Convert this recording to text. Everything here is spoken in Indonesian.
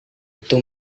itu